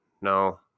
no